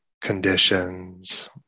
conditions